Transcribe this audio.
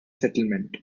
settlement